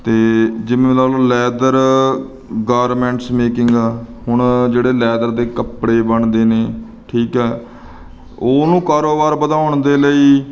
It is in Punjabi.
ਅਤੇ ਜਿਵੇਂ ਲਾ ਲਓ ਲੈਦਰ ਗੌਰਮੈਂਟਸ ਮੇਕਿੰਗ ਆ ਹੁਣ ਜਿਹੜੇ ਲੈਦਰ ਦੇ ਕੱਪੜੇ ਬਣਦੇ ਨੇ ਠੀਕ ਹੈ ਉਹਨੂੰ ਕਾਰੋਬਾਰ ਵਧਾਉਣ ਦੇ ਲਈ